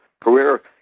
career